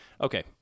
Okay